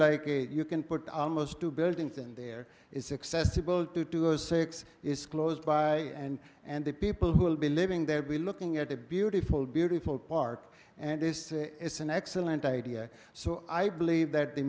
like it you can put almost two buildings in there is accessible to two or six is close by and and the people who will be living there be looking at a beautiful beautiful park and this is an excellent idea so i believe that the